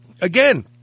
Again